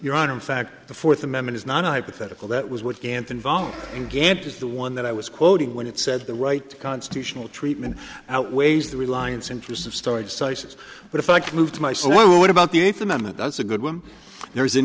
your honor in fact the fourth amendment is not a hypothetical that was what can't involve gant is the one that i was quoting when it said the right to constitutional treatment outweighs the reliance interests of storage sizes but if i could move to my so what about the eighth amendment that's a good one there is an